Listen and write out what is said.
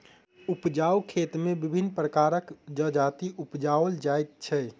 उपजाउ खेत मे विभिन्न प्रकारक जजाति उपजाओल जाइत छै